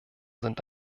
sind